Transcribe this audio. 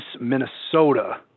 Minnesota